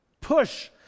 push